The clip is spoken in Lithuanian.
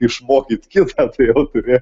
išmokyti kitą tai jau turi